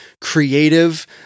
creative